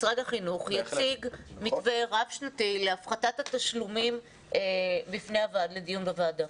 משרד החינוך ישיג מתווה רב שנתי להפחתת התשלומים לדיון בוועדה.